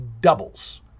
doubles